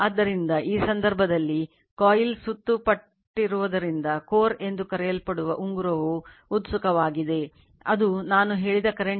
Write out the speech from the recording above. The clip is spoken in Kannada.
ಆದ್ದರಿಂದ ಈ ಸಂದರ್ಭದಲ್ಲಿ ಕಾಯಿಲ್ ಸುತ್ತಲ್ ಪಟ್ಟಿರುವುದರಿಂದ ಕೋರ್ ಎಂದು ಕರೆಯಲ್ಪಡುವ ಉಂಗುರವು ಉತ್ಸುಕವಾಗಿದೆ ಅದು ನಾನು ಹೇಳಿದ ಕರೆಂಟ್ ಅನ್ನು ಹೊತ್ತೊಯ್ಯುವ N ತಿರುವುಗಳೊಂದಿಗೆ